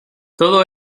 todo